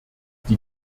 die